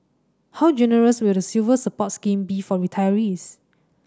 how generous will the Silver Support scheme be for retirees